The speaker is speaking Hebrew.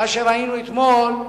מה שראינו אתמול,